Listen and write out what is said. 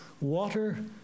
water